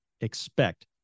expect